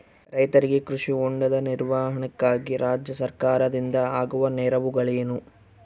ರೈತರಿಗೆ ಕೃಷಿ ಹೊಂಡದ ನಿರ್ಮಾಣಕ್ಕಾಗಿ ರಾಜ್ಯ ಸರ್ಕಾರದಿಂದ ಆಗುವ ನೆರವುಗಳೇನು?